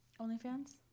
OnlyFans